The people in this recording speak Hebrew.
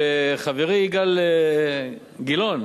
שחברי אילן גילאון